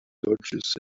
dodges